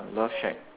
love shack